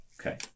Okay